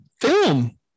film